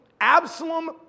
Absalom